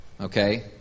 Okay